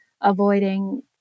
avoiding